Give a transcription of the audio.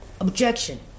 Objection